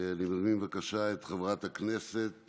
אני מזמין, בבקשה, את חברת הכנסת